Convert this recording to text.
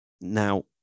now